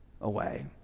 away